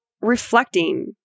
reflecting